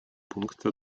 пункта